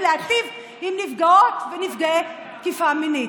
להיטיב עם נפגעות ונפגעי תקיפה מינית.